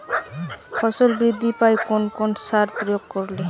ফসল বৃদ্ধি পায় কোন কোন সার প্রয়োগ করলে?